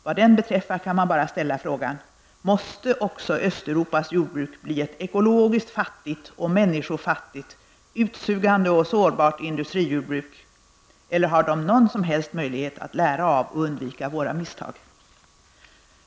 Vad den beträffar kan man bara ställa frågan: Måste också Östeuropas jordbruk bli ett ekologiskt fattigt och människofattigt, utsugande och sårbart industrijordbruk, eller har de någon som helst möjlighet att lära av och undvika våra misstag?